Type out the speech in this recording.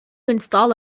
install